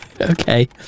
Okay